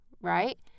Right